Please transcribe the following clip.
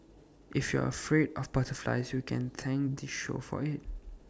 if you're afraid of butterflies you can thank this show for IT